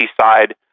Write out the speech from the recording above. side